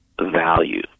Value